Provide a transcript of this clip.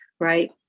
right